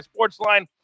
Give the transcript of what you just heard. Sportsline